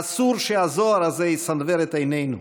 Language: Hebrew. אסור שהזוהר הזה יסנוור את עינינו,